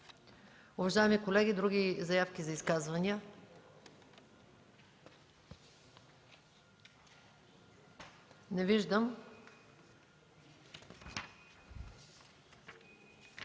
Уважаеми колеги, има ли други заявки за изказвания? Не виждам.